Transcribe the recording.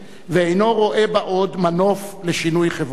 ואינו רואה בה עוד מנוף לשינוי חברתי.